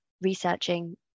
researching